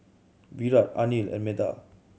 Virat Anil and Medha